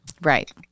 Right